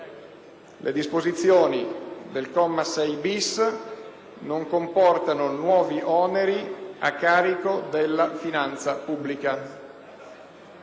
non comportano nuovi oneri a carico della finanza pubblica».